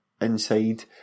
Inside